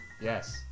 Yes